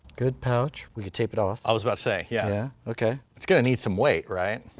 good pouch, we can tape it off. i was about to say, yeah, okay. it's going to need some weight, right?